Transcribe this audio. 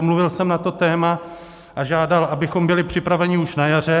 Mluvil jsem na to téma a žádal, abychom byli připraveni už na jaře.